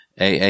AA